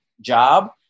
job